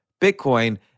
Bitcoin